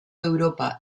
europa